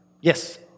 Yes